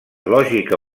lògica